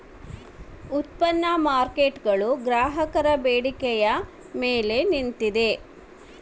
ಉತ್ಪನ್ನ ಮಾರ್ಕೇಟ್ಗುಳು ಗ್ರಾಹಕರ ಬೇಡಿಕೆಯ ಮೇಲೆ ನಿಂತಿದ